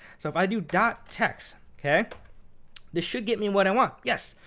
so if i do dot text, this should get me what i want. yes.